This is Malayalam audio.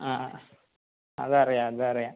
ആ ആ അതറിയാം അതറിയാം